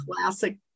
classic